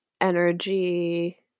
energy